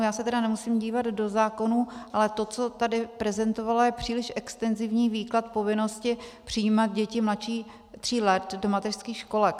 Já se tedy nemusím dívat do zákonů, ale to, co tady prezentovala, je příliš extenzivní výklad povinnosti přijímat děti mladší tří let do mateřských školek.